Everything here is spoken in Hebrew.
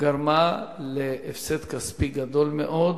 גרמה להפסד כספי גדול מאוד